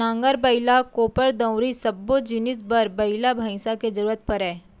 नांगर, बइला, कोपर, दउंरी सब्बो जिनिस बर बइला भईंसा के जरूरत परय